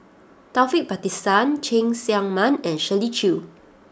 Taufik Batisah Cheng Tsang Man and Shirley Chew